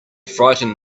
frightened